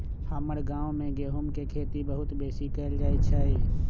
हमर गांव में गेहूम के खेती बहुते बेशी कएल जाइ छइ